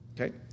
Okay